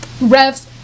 refs